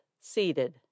Seated